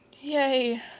yay